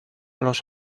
los